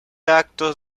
actos